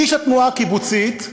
איש התנועה הקיבוצית,